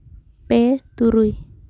ᱯᱮ ᱛᱩᱨᱩᱭ